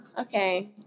okay